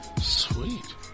Sweet